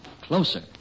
closer